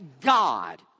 God